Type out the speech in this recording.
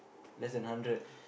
less than hundred